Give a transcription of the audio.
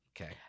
Okay